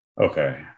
Okay